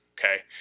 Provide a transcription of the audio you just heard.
Okay